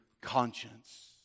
conscience